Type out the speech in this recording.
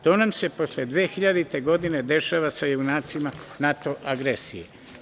To nam se posle 2000. godine dešava sa junacima NATO agresije.